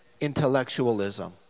intellectualism